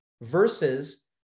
versus